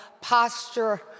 posture